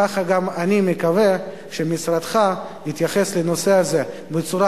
ככה גם אני מקווה שמשרדך יתייחס לנושא הזה בצורה